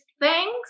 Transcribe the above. thanks